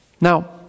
Now